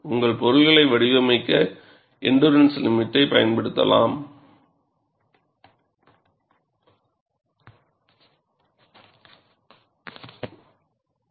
உங்கள் பொருள்களை வடிவமைக்க எண்டுறன்ஸ் லிமிட் பயன்படுத்தலாம்